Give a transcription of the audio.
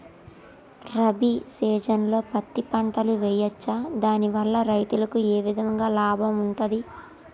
రబీ సీజన్లో పత్తి పంటలు వేయచ్చా దాని వల్ల రైతులకు ఏ విధంగా లాభం ఉంటది?